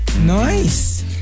nice